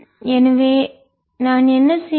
எனவே நான் என்ன செய்வேன்